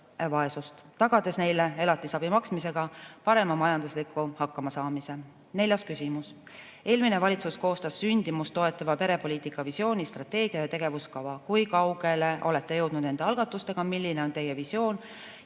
tagades neile elatisabi maksmisega parem majanduslik hakkamasaamine. Neljas küsimus: "Eelmine valitsus koostas sündimust toetava perepoliitika visiooni, strateegia ja tegevuskava. Kui kaugele olete jõudnud nende algatustega? Milline on teie visioon